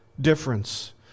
difference